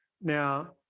Now